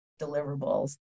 deliverables